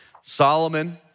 Solomon